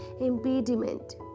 impediment